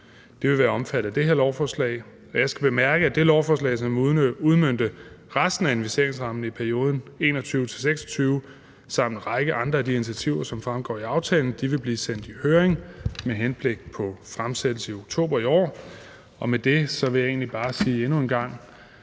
Det vil være omfattet af det her lovforslag. Og jeg skal bemærke, at det lovforslag, som vil udmønte resten af investeringsrammen i perioden 2021-2026, samt en række andre af de initiativer, som fremgår af aftalen, vil blive sendt i høring med henblik på fremsættelse i oktober i år. Med det vil jeg egentlig bare endnu en gang